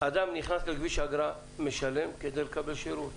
אדם נכנס לכביש אגרה ומשלם כדי לקבל שירות.